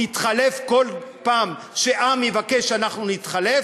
נתחלף כל פעם שהעם יבקש שאנחנו נתחלף,